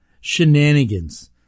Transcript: Shenanigans